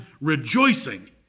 rejoicing